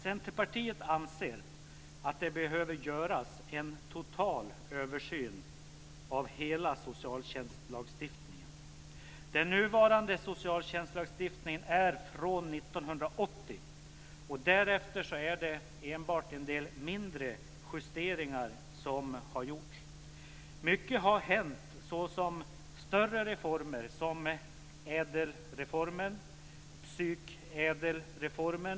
Centerpartiet anser att det behöver göras en total översyn av hela socialtjänstlagstiftningen. Den nuvarande socialtjänstlagstiftningen är från 1980. Därefter har enbart en del mindre justeringar gjorts. Mycket har hänt. Det har skett större reformer, t.ex. ädelreformen och psykädelreformen.